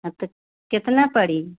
हाँ तो कितना पड़ी